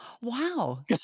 Wow